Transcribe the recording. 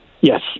Yes